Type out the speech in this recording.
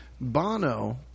Bono